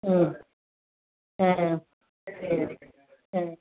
ம் ஆ சரி ஆ